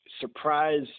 surprise